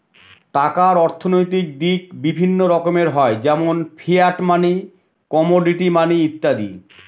টাকার অর্থনৈতিক দিক বিভিন্ন রকমের হয় যেমন ফিয়াট মানি, কমোডিটি মানি ইত্যাদি